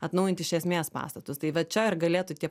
atnaujint iš esmės pastatus tai va čia ir galėtų tie